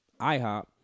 IHOP